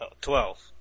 Twelve